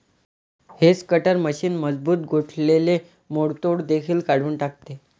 hedge cutter machine मजबूत गोठलेले मोडतोड देखील काढून टाकते